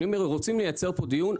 רוצים לייצר פה דיון,